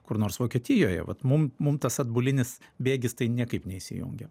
kur nors vokietijoje vat mum mum tas atbulinis bėgis tai niekaip neįsijungia